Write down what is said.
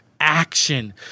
action